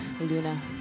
Luna